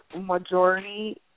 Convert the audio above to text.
majority